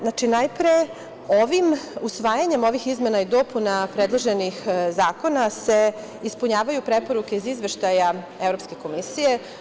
Znači, najpre usvajanjem ovih izmena i dopuna predloženih zakona se ispunjavaju preporuke iz izveštaja Evropske komisije.